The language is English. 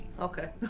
Okay